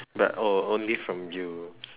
but oh only from you